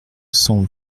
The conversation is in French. cent